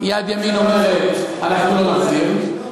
יד ימין אומרת "אנחנו לא נחזיר",